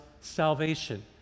salvation